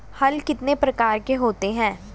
हल कितने प्रकार के होते हैं?